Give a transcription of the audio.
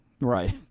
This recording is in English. Right